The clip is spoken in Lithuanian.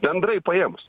bendrai paėmus